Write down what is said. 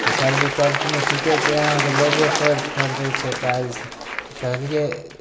तऽ सरजी कहलखिन ठीके छै अहाँके लोके तोड़ि फोड़ि दै छै टाइल्स तऽ कहलिए